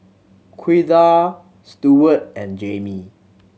Ouida Stewart and Jaimee